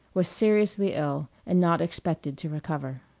was seriously ill and not expected to recover.